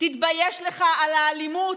תתבייש לך על האלימות.